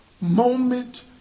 moment